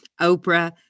Oprah